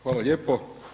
Hvala lijepo.